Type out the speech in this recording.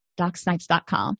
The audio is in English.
DocSnipes.com